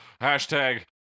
Hashtag